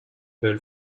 built